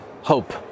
hope